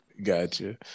Gotcha